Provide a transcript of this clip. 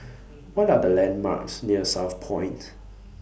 What Are The landmarks near Southpoint